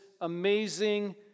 amazing